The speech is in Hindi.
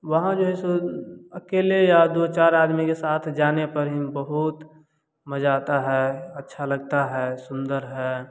वहाँ जो है अकेले या दो चार आदमी के साथ जाने पर ही बहूत मज़ा आता है अच्छा लगता है सुंदर है